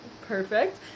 Perfect